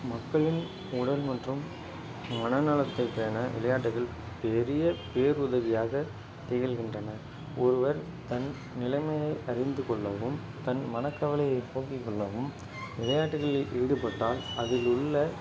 மக்களின் உடல் மற்றும் மன நலத்துக்கான விளையாட்டுகள் பெரிய பேர் உதவியாக திகழ்கின்றன ஒருவர் தன் நிலைமையை அறிந்து கொள்ளவும் தன் மனக் கவலையை போக்கி கொள்ளவும் விளையாட்டுகளில் ஈடுபட்டால் அதிலுள்ள